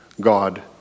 God